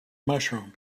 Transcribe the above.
mushroom